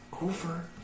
over